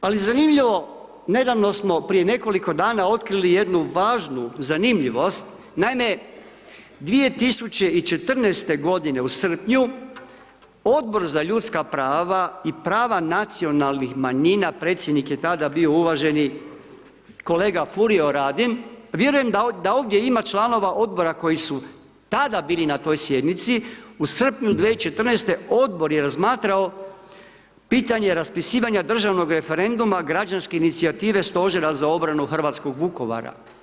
Ali zanimljivo nedavno smo prije nekoliko dana otkrili jednu važnu zanimljivost, naime 2014. godine u srpnju Odbor za ljudska prava i prava nacionalnih manjina, predsjednik je tada bio uvaženi kolega Furio Radin, vjerujem da ovdje ima članova odbora koji su tada bili na toj sjednici u srpnju 2014. odbor je razmatrao pitanje državnog referenduma Građanske inicijative stožera za obranu Hrvatskog Vukovara.